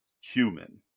human